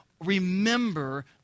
remember